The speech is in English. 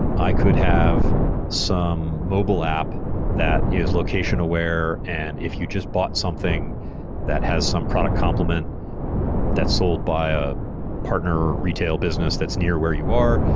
i could have some mobile app that is location aware, and if you just bought something that has some product complement that's sold by ah partner retail business that's near where you are,